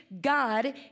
God